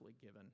given